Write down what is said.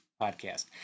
podcast